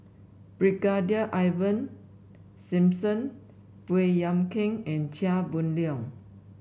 Brigadier Ivan Simson Baey Yam Keng and Chia Boon Leong